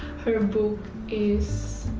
her book is.